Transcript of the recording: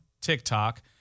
TikTok